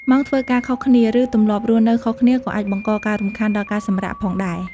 ម៉ោងធ្វើការខុសគ្នា ឬទម្លាប់រស់នៅខុសគ្នាក៏អាចបង្កការរំខានដល់ការសម្រាក ផងដែរ។